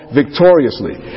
victoriously